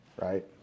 Right